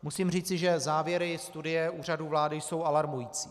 Musím říci, že závěry studie Úřadu vlády jsou alarmující.